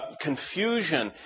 confusion